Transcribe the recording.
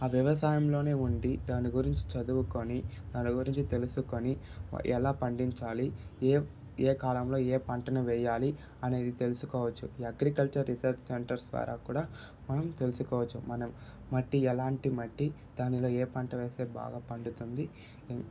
ఆ వ్యవసాయంలో ఉండి దాని గురించి చదువుకొని దాని గురించి తెలుసుకొని ఎలా పండించాలి ఏ ఏ కాలంలో ఏ పంటను వేయాలి అనేది తెలుసుకోవచ్చు అగ్రికల్చర్ రీసెర్చ్ సెంటర్స్ ద్వారా కూడా మనం తెలుసుకోవచ్చు మనం మట్టి ఎలాంటి మట్టి దానిలో ఏ పంట వేస్తే బాగా పండుతుంది